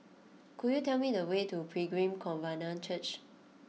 could you tell me the way to Pilgrim Covenant Church